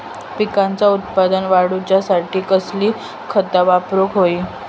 पिकाचा उत्पन वाढवूच्यासाठी कसली खता वापरूक होई?